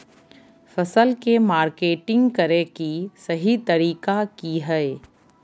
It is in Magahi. फसल के मार्केटिंग करें कि सही तरीका की हय?